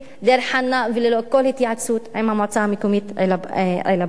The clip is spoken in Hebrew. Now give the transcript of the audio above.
דיר-חנא וללא כל התייעצות עם המועצה המקומית עילבון.